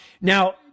now